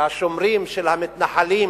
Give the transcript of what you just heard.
שהשומרים של המתנחלים,